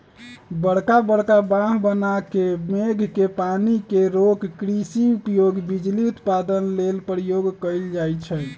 बरका बरका बांह बना के मेघ के पानी के रोक कृषि उपयोग, बिजली उत्पादन लेल उपयोग कएल जाइ छइ